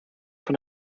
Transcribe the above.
von